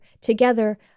together